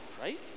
right